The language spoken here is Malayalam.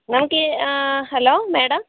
ഞങ്ങൾക്ക് ഹലോ മേഡം